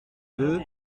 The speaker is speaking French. deux